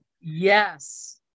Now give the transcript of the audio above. yes